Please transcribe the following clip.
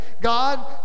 God